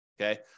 Okay